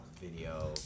video